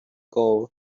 gold